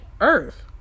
earth